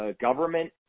government